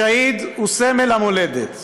השהיד הוא סמל המולדת.